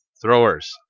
throwers